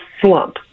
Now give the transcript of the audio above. slump